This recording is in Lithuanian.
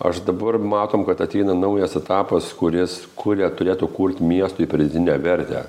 aš dabar matom kad ateina naujas etapas kuris kuria turėtų kurt miestui pridėtinę vertę